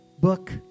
book